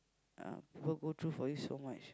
uh people go through for you so much